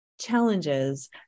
challenges